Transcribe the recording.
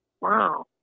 Wow